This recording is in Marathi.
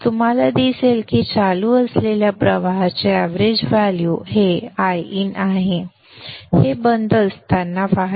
तुम्हाला दिसेल की चालू असलेल्या करंट चे एवरेज व्हॅल्यू हे Iin आहे हे बंद असताना वाहते